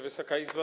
Wysoka Izbo!